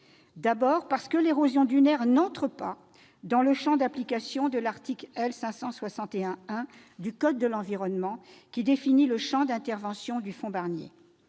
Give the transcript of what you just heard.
d'abord, parce que l'érosion dunaire n'entre pas dans le champ d'application de l'article L. 561-1 du code de l'environnement, qui définit le champ d'intervention du fonds Barnier